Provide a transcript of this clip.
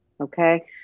Okay